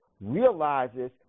realizes